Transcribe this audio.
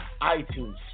iTunes